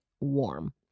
warm